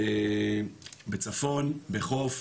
בצפון, בחוף,